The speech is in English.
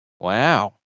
Wow